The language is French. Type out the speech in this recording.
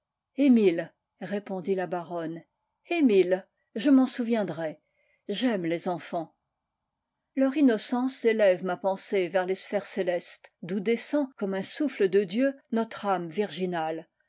emile répondit la baronne emile je m'en souviendrai j'aime les enfants leur innocence élève ma pensée vers les s héies célestes d'où de'end comme un souffle de dieu notre âme virginale